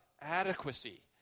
adequacy